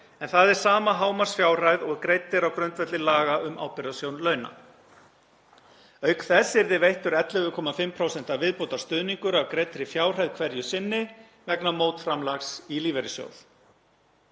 en það er sama hámarksfjárhæð og greidd er á grundvelli laga um Ábyrgðasjóð launa. Auk þess yrði veittur 11,5% viðbótarstuðningur af greiddri fjárhæð hverju sinni vegna mótframlags í lífeyrissjóð.